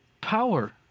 power